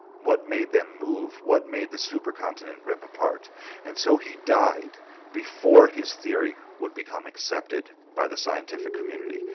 what made them move? what made the supercontinent rip apart and so he died before his theory would become accepted by the scientific community?